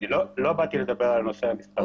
לא באתי לדבר על הנושא המסחרי.